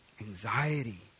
Anxiety